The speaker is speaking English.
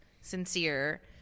sincere